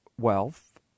wealth